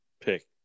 pick